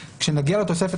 אני מציעה כשנגיע לתוספת